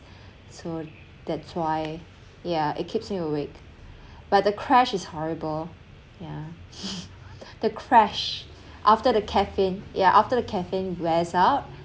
so that's why yeah it keeps me awake but the crash is horrible yeah the crash after the caffeine yeah after the caffeine wears out